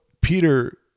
Peter